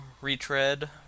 retread